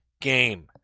game